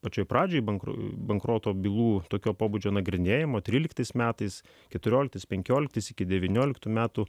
pačiai pradžiai bankrotą bankroto bylų tokio pobūdžio nagrinėjimo tryliktais metais keturioliktais penkioliktais iki devynioliktų metų